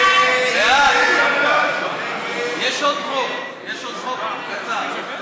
ההצעה להעביר את הצעת חוק-יסוד: